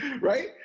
right